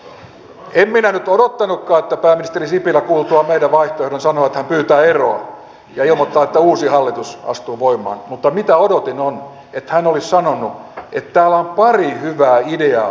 en minä nyt odottanutkaan että pääminiseri sipilä kuultuaan meidän vaihtoehtomme sanoo että hän pyytää eroa ja ilmoittaa että uusi hallitus astuu voimaan mutta mitä odotin on että hän olisi sanonut että täällä on pari hyvää ideaa opposition vaihtoehdoissa